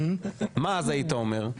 מה אז היית אומר?